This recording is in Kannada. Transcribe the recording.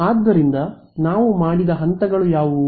ಆದ್ದರಿಂದ ನಾವು ಮಾಡಿದ ಹಂತಗಳು ಯಾವುವು